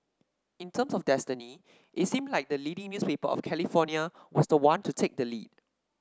in terms of destiny it seemed like the leading newspaper of California was the one to take the lead